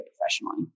professionally